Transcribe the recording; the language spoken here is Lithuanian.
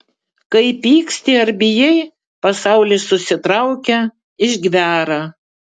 kai pyksti ar bijai pasaulis susitraukia išgvęra